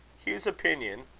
hugh's opinion,